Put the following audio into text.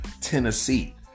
Tennessee